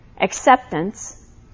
acceptance